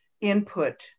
input